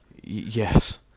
Yes